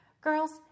Girls